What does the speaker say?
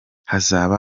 hazaba